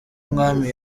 umwami